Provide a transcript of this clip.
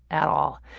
at all.